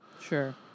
Sure